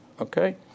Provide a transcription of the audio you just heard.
Okay